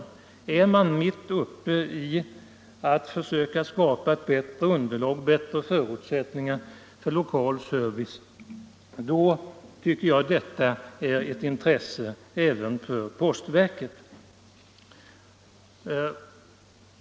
När man ute i kommunerna är i fullt arbete med att skapa bättre underlag och bättre förutsättningar för lokal service tycker jag detta är ett intresse även för postverket.